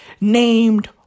named